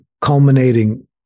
culminating